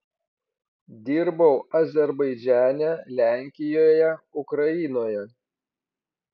dirbau azerbaidžane lenkijoje ukrainoje